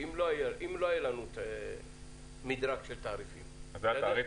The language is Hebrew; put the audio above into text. שאם לא היה לנו מדרג של תעריפים --- אז היה תעריף